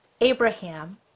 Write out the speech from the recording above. Abraham